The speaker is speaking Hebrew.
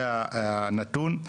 זה הנתון.